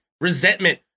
resentment